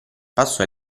passò